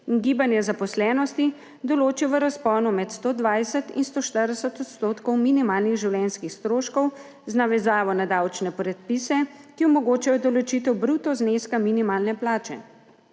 gibanja zaposlenosti določi v razponu med 120 in 140 % minimalnih življenjskih stroškov, z navezavo na davčne predpise, ki omogočajo določitev bruto zneska minimalne plače.